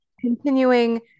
continuing